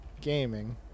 gaming